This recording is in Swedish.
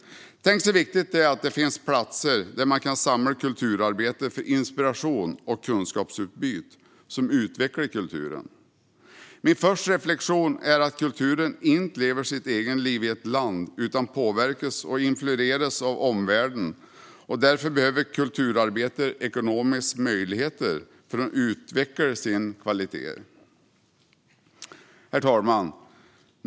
Tänk så viktigt det är att det finns platser där man kan samla kulturarbetare för inspiration och kunskapsutbyte som utvecklar kulturen. Min första reflektion är att kulturen inte lever sitt eget liv i ett land utan påverkas och influeras av omvärlden. Därför behöver kulturarbetare ekonomiska möjligheter för att kunna utveckla sina kvaliteter. Herr ålderspresident!